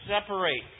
separate